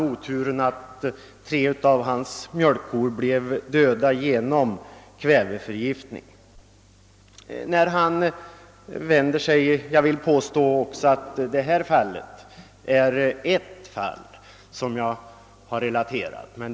Tyvärr dog ändå tre av hans mjölkkor av kväveförgiftning. Det fall som jag relaterat är ingalunda enastående.